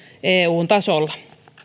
eun tasolla